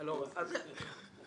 מספיק.